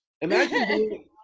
imagine